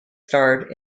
starred